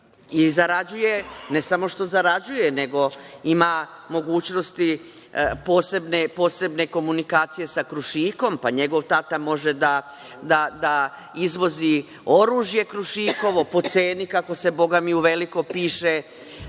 i zarađuje, ne samo što zarađuje, nego ima mogućnosti posebne komunikacije sa „Krušikom“, pa njegov tata može da izvozi oružje „Krušikovo“ po ceni kako se uveliko piše